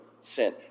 sin